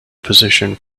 position